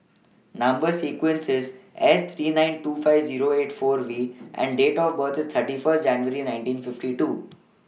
Number sequence IS S three nine two five Zero eight four V and Date of birth IS thirty First January nineteen fifty two